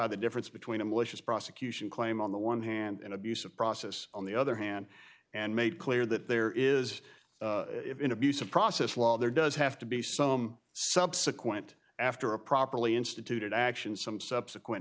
the difference between a malicious prosecution claim on the one hand and abuse of process on the other hand and made clear that there is an abuse of process law there does have to be some subsequent after a properly instituted action some subsequent